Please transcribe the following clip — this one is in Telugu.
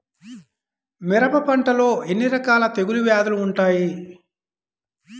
మిరప పంటలో ఎన్ని రకాల తెగులు వ్యాధులు వుంటాయి?